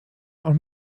are